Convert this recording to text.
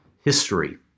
history